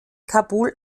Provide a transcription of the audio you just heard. kabul